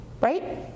Right